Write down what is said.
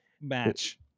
match